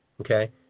okay